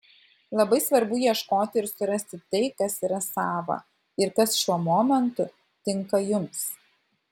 labai svarbu ieškoti ir surasti tai kas yra sava ir kas šiuo momentu tinka jums